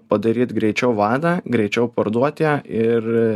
padaryt greičiau vadą greičiau parduot ją ir